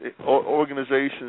organizations